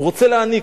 הוא רוצה להעניק,